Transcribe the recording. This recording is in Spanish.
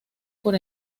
por